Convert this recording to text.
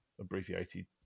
abbreviated